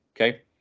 okay